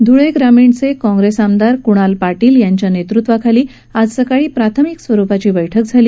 धुळे ग्रामीणचे काँग्रेस आमदार क्णाल पाटील यांच्या नेतृत्वाखाली आज सकाळी प्राथमिक स्वरूपात बैठक झाली